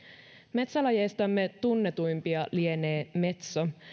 metsälajeistamme tunnetuimpia lienee metso